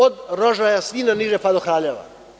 Od Rožaja, svi naniže pa do Kraljeva.